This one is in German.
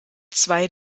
zwei